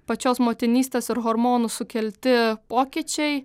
pačios motinystės ir hormonų sukelti pokyčiai